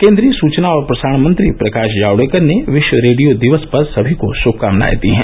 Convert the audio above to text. केन्द्रीय सुचना और प्रसारण मंत्री प्रकाश जावेडकर ने विश्व रेडियो दिवस पर सभी को श्भकामनाएं दी हैं